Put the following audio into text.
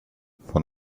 von